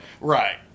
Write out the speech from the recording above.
Right